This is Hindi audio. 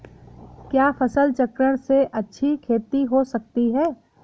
क्या फसल चक्रण से अच्छी खेती हो सकती है?